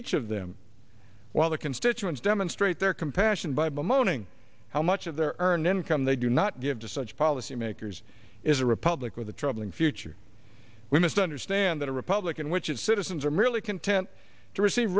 each of them while their constituents demonstrate their compassion bible moaning how much of their earned income they do not give to such policy makers is a republic with a troubling future we must understand that a republican which is citizens are merely content to receive